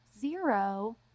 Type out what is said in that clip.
Zero